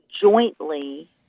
jointly